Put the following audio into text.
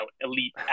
elite